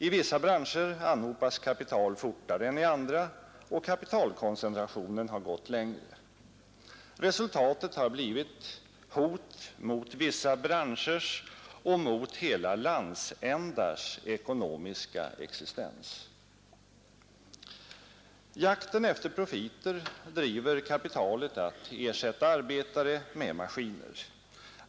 I vissa branscher anhopas kapital fortare än i andra, och kapitalkoncentrationen har gått längre. Resultatet har blivit hot mot vissa branschers och hela landsändars ekonomiska existens. Jakten efter profiter driver kapitalisterna att ersätta arbetare med maskiner.